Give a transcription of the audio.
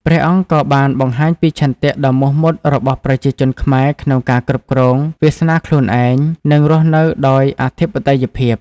ព្រះអង្គក៏បានបង្ហាញពីឆន្ទៈដ៏មោះមុតរបស់ប្រជាជនខ្មែរក្នុងការគ្រប់គ្រងវាសនាខ្លួនឯង និងរស់នៅដោយអធិបតេយ្យភាព។